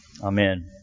Amen